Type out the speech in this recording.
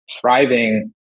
thriving